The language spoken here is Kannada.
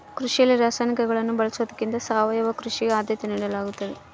ಕೃಷಿಯಲ್ಲಿ ರಾಸಾಯನಿಕಗಳನ್ನು ಬಳಸೊದಕ್ಕಿಂತ ಸಾವಯವ ಕೃಷಿಗೆ ಆದ್ಯತೆ ನೇಡಲಾಗ್ತದ